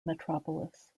metropolis